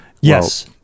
Yes